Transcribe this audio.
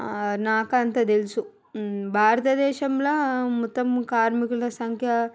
నాకంతే తెలుసు భారతదేశంలో మొత్తం కార్మికుల సంఖ్య